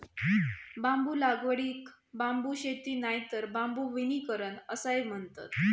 बांबू लागवडीक बांबू शेती नायतर बांबू वनीकरण असाय म्हणतत